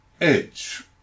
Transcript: Edge